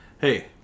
hey